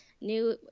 new